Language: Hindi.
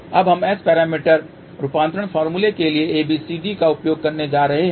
अब हम S पैरामीटर रूपांतरण फार्मूले के लिए ABCD का उपयोग करने जा रहे हैं